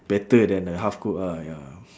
better than the half cook ah ya